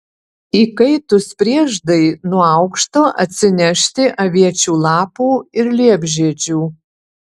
įkaitus prieždai nuo aukšto atsinešti aviečių lapų ir liepžiedžių